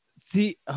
See